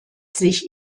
sich